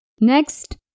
Next